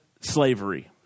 slavery